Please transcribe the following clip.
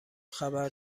خبر